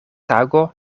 tago